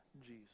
Jesus